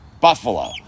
Buffalo